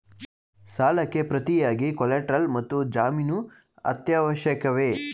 ಸಾಲಕ್ಕೆ ಪ್ರತಿಯಾಗಿ ಕೊಲ್ಯಾಟರಲ್ ಮತ್ತು ಜಾಮೀನು ಅತ್ಯವಶ್ಯಕವೇ?